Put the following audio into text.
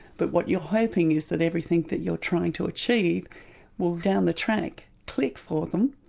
but what you're hoping is that everything that you're trying to achieve will, down the track, click for them,